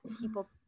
people